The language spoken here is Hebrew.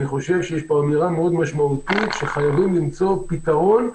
אני חושב שיש פה אמירה מאוד משמעותית שחייבים למצוא פתרון.